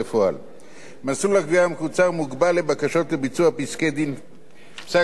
מסלול הגבייה המקוצר מוגבל לבקשות לביצוע פסק-דין כספי או